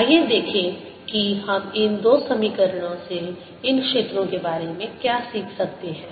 आइए देखें कि हम इन दो समीकरणों से इन क्षेत्रों के बारे में क्या सीख सकते हैं